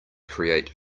create